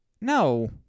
No